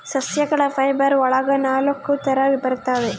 ಸಸ್ಯಗಳ ಫೈಬರ್ ಒಳಗ ನಾಲಕ್ಕು ತರ ಬರ್ತವೆ